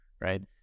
right